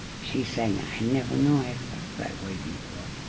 she's saying, i never knew i felt that way before.